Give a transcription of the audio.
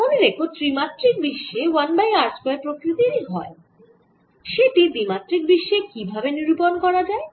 মনে রেখো ত্রিমাত্রিক বিশ্বে E 1 বাই r স্কয়ার প্রকৃতির হয় সেটি দ্বিমাত্রিক বিশ্বে কি ভাবে নিরূপণ করা যায়